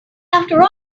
after